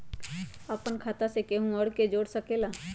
अपन खाता मे केहु आर के जोड़ सके ला?